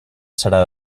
serà